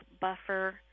buffer